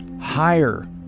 higher